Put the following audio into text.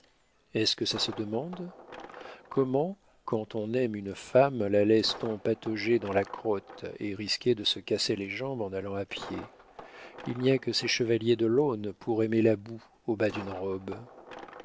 est-ce que ça se demande comment quand on aime une femme la laisse t on patauger dans la crotte et risquer de se casser les jambes en allant à pied il n'y a que ces chevaliers de l'aune pour aimer la boue au bas d'une robe